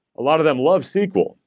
a lot of them love sql.